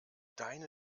deine